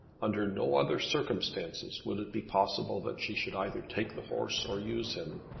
under no other circumstances would it be possible that she should either take the horse or use him.